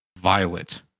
Violet